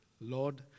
Lord